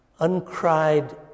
uncried